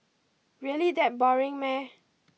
really that boring meh